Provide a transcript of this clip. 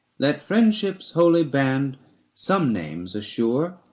let friendship's holy band some names assure.